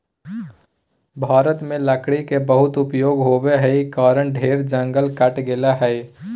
भारत में लकड़ी के बहुत उपयोग होबो हई कारण ढेर जंगल कट गेलय हई